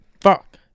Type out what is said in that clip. Fuck